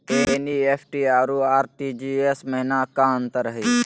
NEFT अरु RTGS महिना का अंतर हई?